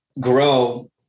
grow